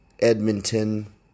Edmonton